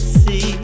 see